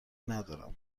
ندارم